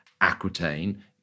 Aquitaine